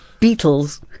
Beatles